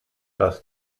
dass